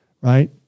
Right